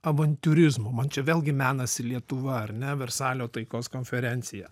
avantiūrizmo man čia vėlgi menasi lietuva ar ne versalio taikos konferencija